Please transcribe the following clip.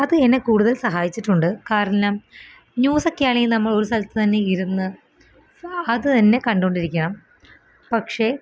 അത് എന്നെ കൂടുതൽ സഹായിച്ചിട്ടുണ്ട് കാരണം ന്യൂസൊക്കെ ആണെൽ നമ്മൾ ഒരു സ്ഥലത്ത് തന്നെയിരുന്ന് അതു തന്നെ കണ്ടുകൊണ്ടിരിക്കണം പക്ഷേ